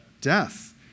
Death